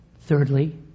Thirdly